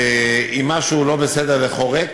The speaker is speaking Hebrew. ואם משהו לא בסדר וחורק,